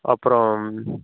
அப்புறம்